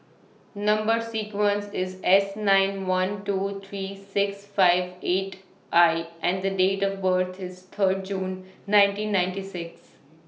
Number sequence IS S nine one two three six five eight I and The Date of birth IS Third June nineteen ninety six